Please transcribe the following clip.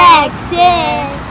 Texas